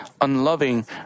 unloving